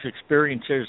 experiences